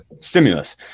stimulus